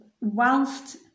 whilst